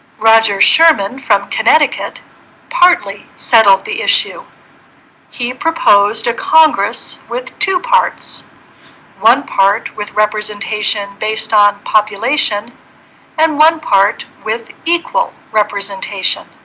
roger sherman from connecticut partly settled the issue he proposed to congress with two parts one part with representation based on population and one part with equal representation